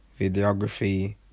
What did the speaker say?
videography